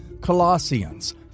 Colossians